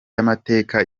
y’amateka